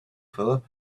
phillip